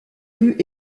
rues